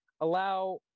allow